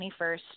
21st